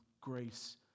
grace